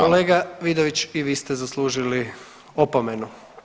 Kolega Vidović i vi ste zaslužili opomenu.